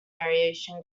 variation